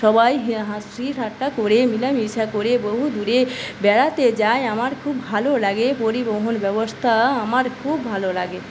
সবাই হাসিঠাট্টা করে মেলামেশা করে বহুদূরে বেড়াতে যাই আমার খুব ভালো লাগে পরিবহণ ব্যবস্থা আমার খুব ভালো লাগে